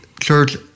church